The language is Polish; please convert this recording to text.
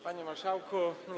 Panie Marszałku!